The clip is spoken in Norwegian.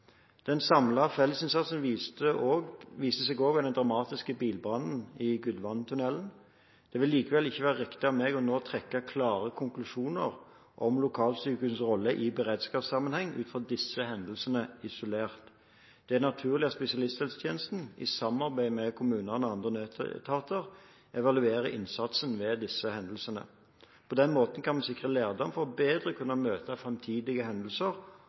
Den samme fellesinnsatsen viste seg også ved den dramatiske bilbrannen i Gudvangatunnelen. Det vil likevel ikke være riktig av meg nå å trekke klare konklusjoner om lokalsykehusenes rolle i beredskapssammenheng ut fra disse hendelsene isolert. Det er naturlig at spesialisthelsetjenesten, i samarbeid med kommunene og andre nødetater, evaluerer innsatsen ved disse hendelsene. På den måten kan vi sikre lærdom for bedre å kunne møte framtidige hendelser